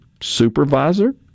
supervisor